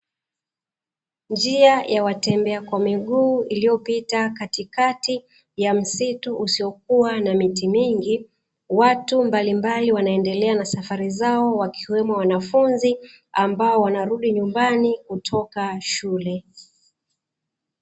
Njia ya watembea kwa miguu iliyopita katikati ya msitu usiokuwa na miti mingi, watu mbalimbali wanaendelea na safari zao, wakiwemo wanafunzi ambao wanarudi nyumbani kutoka shule.